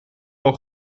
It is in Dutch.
van